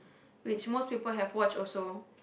which most people have watch also